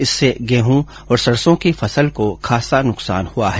इससे गेंहू और सरसों की फसल को खासा नुकसान हुआ है